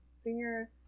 Senior